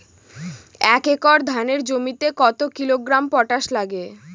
এক একর ধানের জমিতে কত কিলোগ্রাম পটাশ লাগে?